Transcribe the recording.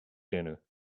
dinner